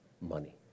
money